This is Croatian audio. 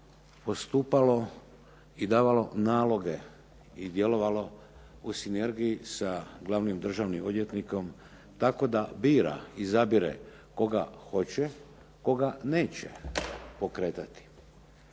postupalo i davalo naloge i djelovalo u sinergiji sa glavnim državnim odvjetnikom tako da bira, izabire koga hoće, i koga neće pokretati,